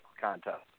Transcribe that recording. contest